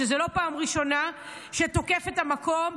וזו לא הפעם הראשונה שהוא תוקף את המקום,